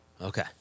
Okay